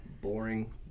boring